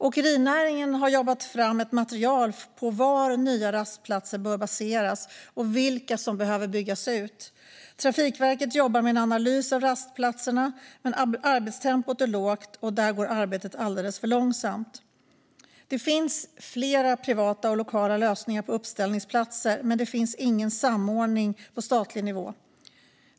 Åkerinäringen har jobbat fram ett material över var nya rastplatser bör placeras och vilka som behöver byggas ut. Trafikverket jobbar med en analys av rastplatserna. Men arbetstempot är lågt, och arbetet går alldeles för långsamt. Det finns flera privata och lokala lösningar på uppställningsplatser. Men det finns ingen samordning på statlig nivå.